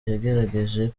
yagaragaje